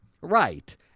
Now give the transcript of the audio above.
Right